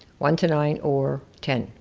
one to nine or ten.